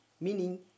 meaning